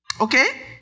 Okay